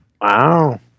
Wow